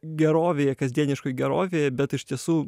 gerovėje kasdieniškoj gerovėje bet iš tiesų